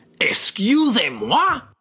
Excusez-moi